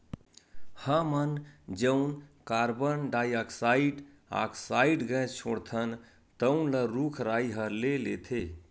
हमन जउन carbon dioxide oxide gas छोड़थन तउन ल रूख राई ह ले लेथे